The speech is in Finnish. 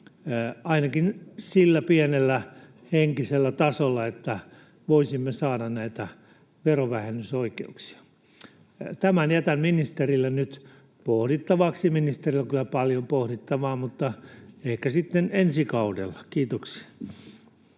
ainakin sillä pienellä henkisellä tasolla, että voisimme saada näitä verovähennysoikeuksia. Tämän jätän ministerille nyt pohdittavaksi. Ministerillä on kyllä paljon pohdittavaa, mutta ehkä sitten ensi kaudella. — Kiitoksia.